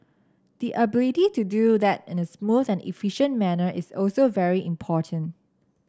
the ability to do that in a smooth and efficient manner is also very important